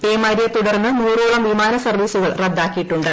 പേമാരിയെ തുടർന്ന് നൂറോളം വിമാന സർവ്വീസുകൾ റദ്ദാക്കിയിട്ടുണ്ട്